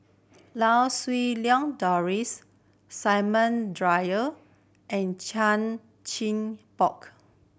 Lau Siew Lang Doris Samuel Dyer and Chan Chin Bock